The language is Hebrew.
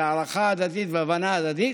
בהערכה הדדית והבנה הדדית,